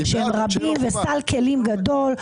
שהם רבים וסל כלים גדול.